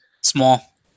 Small